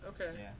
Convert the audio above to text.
Okay